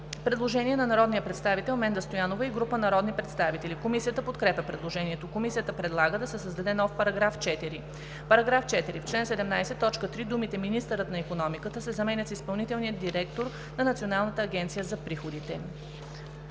Предложение на Менда Стоянова и група народни представители. Комисията подкрепя предложението. Комисията предлага да се създаде нов § 4: „§ 4. В чл. 17, т. 3 думите „министърът на икономиката“ се заменят с „изпълнителният директор на Националната агенция за приходите“.“